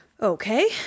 Okay